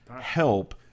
help